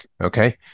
Okay